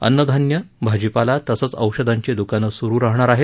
अन्नधान्य भाजीपाला तसंच औषधांची द्रकानं सुरु राहणार आहेत